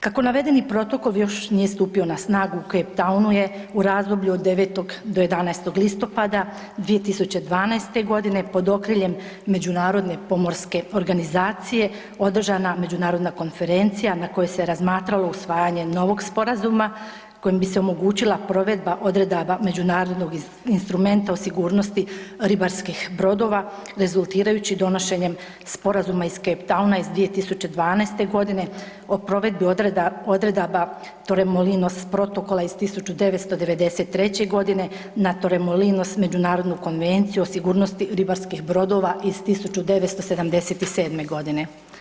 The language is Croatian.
Kako navedeni protokol još nije stupio na snagu u Cape Townu je u razdoblju od 9 do 11. listopada 2012. godine pod okriljem međunarodne pomorske organizacije održana međunarodna konferencija na kojoj se razmatralo usvajanje novog sporazuma kojim bi se omogućila provedba odredaba međunarodnog instrumenta o sigurnosti ribarskih brodova rezultirajući donošenjem Sporazuma iz Cape Towna iz 2012. godine o provedbi odredaba Torremolinos protokola iz 1993. godine, na Torremolinos međunarodnu konvenciju o sigurnosti ribarskih brodova iz 1977. godine.